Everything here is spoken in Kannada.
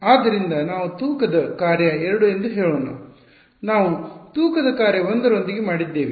ಆದ್ದರಿಂದ ನಾವು ತೂಕದ ಕಾರ್ಯ 2 ಎಂದು ಹೇಳೋಣ ನಾವು ತೂಕದ ಕಾರ್ಯ 1 ರೊಂದಿಗೆ ಮಾಡಿದ್ದೇವೆ